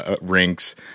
rinks